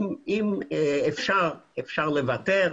ואם אפשר, אפשר לוותר.